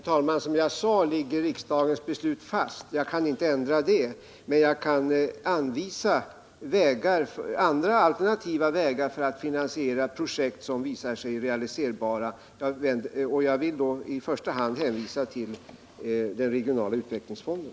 Herr talman! Riksdagens beslut ligger fast. Jag kan inte ändra det, men jag kan anvisa andra, alternativa vägar för att finansiera projekt som visar sig realiserbara. Jag vill då i första hand hänvisa till den regionala utvecklingsfonden.